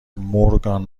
مورگان